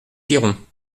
piron